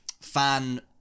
fan